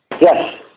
Yes